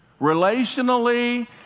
relationally